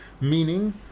meaning